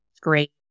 Great